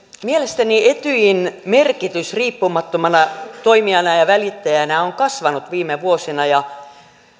mielestäni etyjin merkitys riippumattomana toimijana ja ja välittäjänä on kasvanut viime vuosina ja